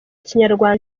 ikinyarwanda